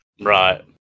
Right